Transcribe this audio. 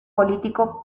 político